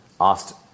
asked